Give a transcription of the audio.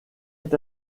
est